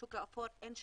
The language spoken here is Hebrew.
בשוק האפור אין כללים,